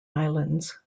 islands